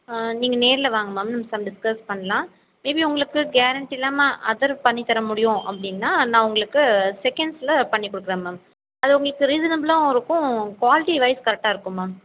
நீங்கள் நேரில் வாங்க மேம் டிஸ்கஸ் பண்ணலாம் மேபி உங்களுக்கு கேரண்ட்டி இல்லாமல் அதர் பண்ணி தர முடியும் அப்படின்னா நான் உங்களுக்கு செகண்ட்ஸில் பண்ணி கொடுக்குறேன் மேம் அது உங்களுக்கு ரீசனபுளாவும் இருக்கும் குவாலிட்டிவைஸ் கரெக்டாக இருக்கும் மேம்